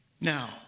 Now